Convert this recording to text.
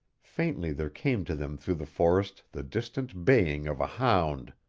faintly there came to them through the forest the distant baying of a hound.